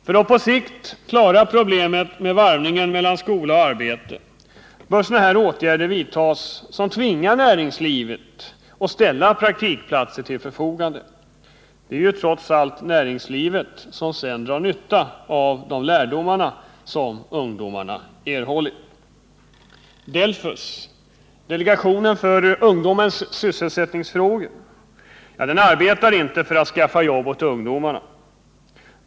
För att på sikt klara problemet med varvningen mellan skola och arbete bör åtgärder vidtas som tvingar näringslivet att ställa praktikplatser till förfogangande. Det är ju trots allt näringslivet som sedan drar nytta av de lärdomar som ungdomarna erhållit. DELFUS -— delegationen för ungdomens sysselsättningsfrågor — arbetar inte för att skaffa jobb åt ungdomen.